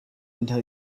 until